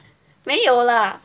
没有 lah